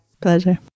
Pleasure